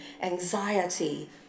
anxiety